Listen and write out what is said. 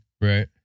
Right